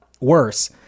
Worse